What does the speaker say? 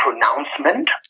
pronouncement